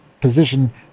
Position